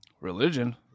Religion